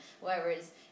Whereas